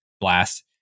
blast